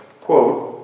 Quote